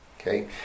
Okay